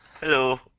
Hello